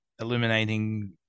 illuminating